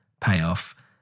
payoff